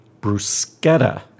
bruschetta